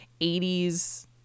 80s